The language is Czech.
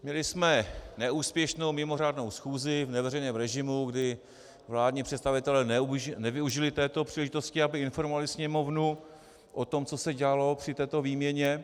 Měli jsme neúspěšnou mimořádnou schůzi v neveřejném režimu, kdy vládní představitelé nevyužili této příležitosti, aby informovali Sněmovnu o tom, co se dělalo při této výměně.